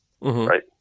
right